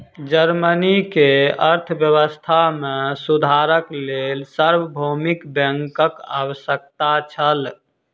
Germany के अर्थव्यवस्था मे सुधारक लेल सार्वभौमिक बैंकक आवश्यकता छल